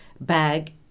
bag